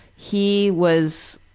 he was,